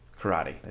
karate